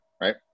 right